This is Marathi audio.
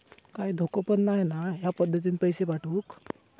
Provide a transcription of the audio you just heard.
काय धोको पन नाय मा ह्या पद्धतीनं पैसे पाठउक?